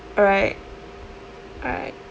alright alright